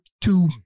two